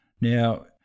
Now